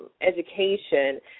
education